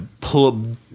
pull